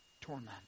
torment